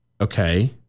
Okay